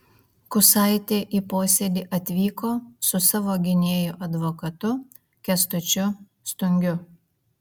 kusaitė į posėdį atvyko su savo gynėju advokatu kęstučiu stungiu